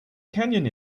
canyon